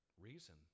reason